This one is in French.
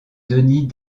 denis